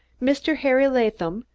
mr. harry latham,